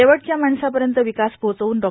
शेवटच्या माणसापर्यंत विकास पोहोचवून डॉ